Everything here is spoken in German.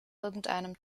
irgendeinem